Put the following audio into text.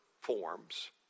forms